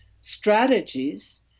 strategies